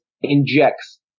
injects